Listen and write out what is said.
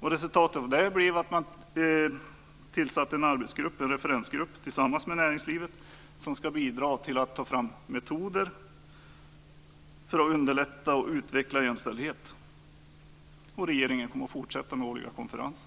Resultatet är att en referensgrupp har tillsatts tillsammans med näringslivet som ska bidra till att metoder tas fram som syftar till att underlätta och utveckla jämställdheten. Regeringen kommer att fortsätta med årliga konferenser.